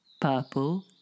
purple